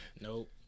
Nope